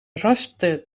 raspte